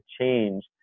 change